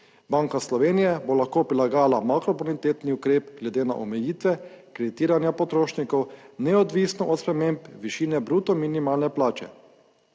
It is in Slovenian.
Banka Slovenije bo lahko prilagajala makrobonitetni ukrep glede na omejitve kreditiranja potrošnikov neodvisno od sprememb višine bruto minimalne plače.